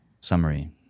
summary